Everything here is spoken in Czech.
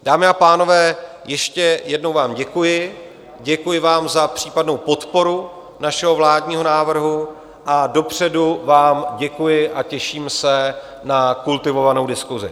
Dámy a pánové, ještě jednou vám děkuji, děkuji vám za případnou podporu našeho vládního návrhu, dopředu vám děkuji a těším se na kultivovanou diskusi.